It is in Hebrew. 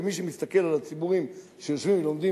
ומי שמסתכל על הציבורים שיושבים ולומדים